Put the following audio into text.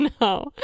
no